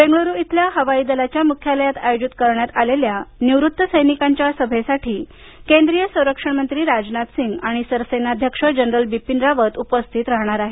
बेंगळूरू इथल्या हवाई दलाच्या मुख्यालयात आयोजित करण्यात आलेल्या निवृत्त सैनिकांच्या सभेसाठी केंद्रीय संरक्षण मंत्री राजनाथसिंग आणि सरसेनाध्यक्ष जनरल बिपीन रावत उपस्थित राहणार आहेत